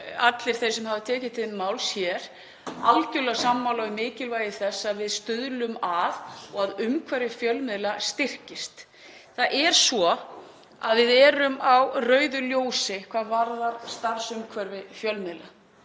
allir þeir sem hafa tekið til máls hér algjörlega sammála um mikilvægi þess að við stuðlum að því að umhverfi fjölmiðla styrkist. Það er svo að við erum á rauðu ljósi hvað varðar starfsumhverfi fjölmiðla.